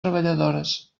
treballadores